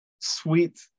sweet